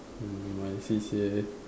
hmm my C_C_A